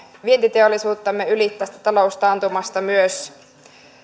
vientiteollisuuttamme yli tästä taloustaantumasta myös